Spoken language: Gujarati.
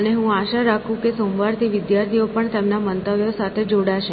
અને હું આશા રાખું છું કે સોમવારથી વિદ્યાર્થીઓ પણ તેમના મંતવ્યો સાથે જોડાશે